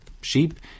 sheep